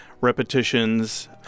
repetitions